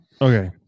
Okay